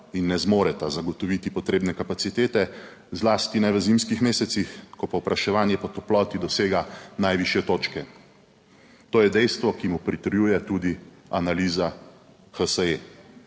in ne zmoreta zagotoviti potrebne kapacitete, zlasti ne v zimskih mesecih, ko povpraševanje po toploti dosega najvišje točke. To je dejstvo, ki mu pritrjuje tudi analiza HSE.